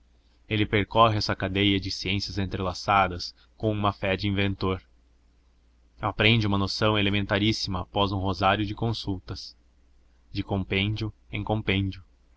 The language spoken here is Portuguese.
ele percorre essa cadeia de ciências entrelaçadas com uma fé de inventor aprende uma noção elementaríssima após um rosário de consultas de compêndio em compêndio